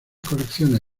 colecciones